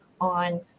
on